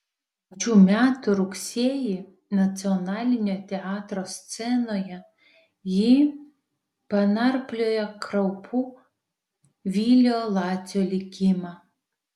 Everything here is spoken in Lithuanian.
tų pačių metų rugsėjį nacionalinio teatro scenoje ji panarpliojo kraupų vilio lacio likimą